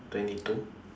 twenty two